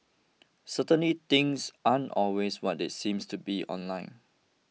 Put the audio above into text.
certainly things aren't always what they seems to be online